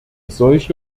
solche